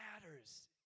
matters